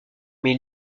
mais